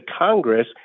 congress